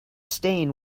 stain